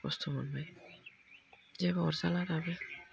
खस्थ' मोनबाय दे अरजाला दाबो